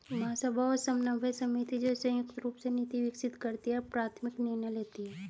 महासभा और समन्वय समिति, जो संयुक्त रूप से नीति विकसित करती है और प्राथमिक निर्णय लेती है